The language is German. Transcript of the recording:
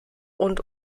und